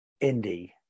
indie